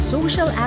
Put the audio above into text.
Social